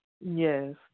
Yes